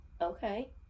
Okay